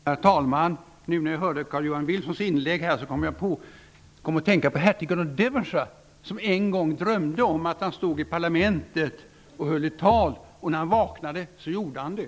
Herr talman! Nu när jag hörde Carl-Johan Wilsons inlägg kom jag att tänka på hertigen av Devonshire, som en gång drömde om att han stod i parlamentet och höll ett tal, och när han vaknade så gjorde han det!